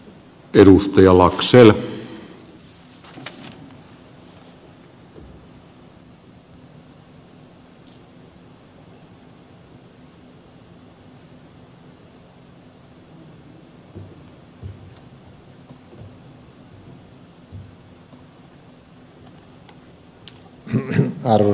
arvoisa herra puhemies